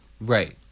Right